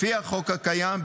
לפי החוק הקיים,